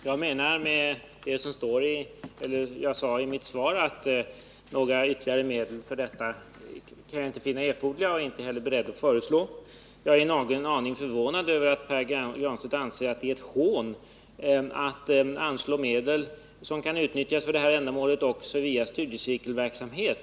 Herr talman! Jag menar med det jag sade i mitt svar att jag inte kan finna ytterligare medel för detta ändamål erforderliga och inte heller är beredd att föreslå sådana medel. Jag är en aning förvånad över att Pär Granstedt anser att det är ett hån att anslå medel som kan utnyttjas via studiecirkelverksamhet.